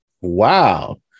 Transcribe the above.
Wow